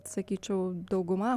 sakyčiau dauguma